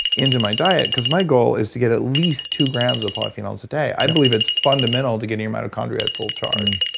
into my diet cause my goal is to get at least two grams of polyphenols a day. i believe it's fundamental to getting your mitochondria at full charge.